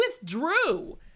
withdrew